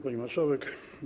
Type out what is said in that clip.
Pani Marszałek!